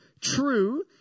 true